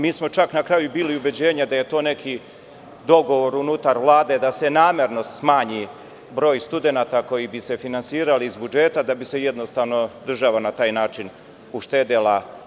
Čak smo na kraju bili ubeđenja da je to neki dogovor unutar Vlade da se namerno smanji broj studenata koji bi se finansirao iz budžeta da bi država na taj način uštedela.